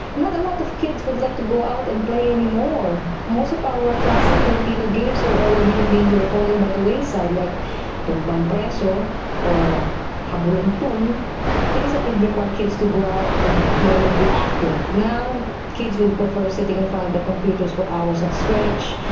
not a lot of kids would like to go out and play anymore. most of our classic filipino games are already in danger of falling by the wayside like dongbangpresso or habulangpung things that would require kids to out and play and be active. now, kids would prefer sitting in front of the computers for hours at stretch,